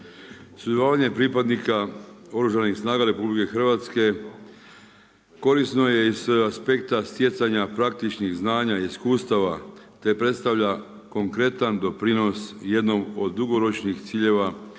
Sudjelovanje pripadnika Oružanih snaga RH korisno je i sa aspekta stjecanja praktičnih znanja i iskustava te predstavlja konkretan doprinos jednom od dugoročnih ciljeva zajedničke